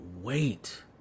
wait